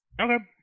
Okay